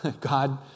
God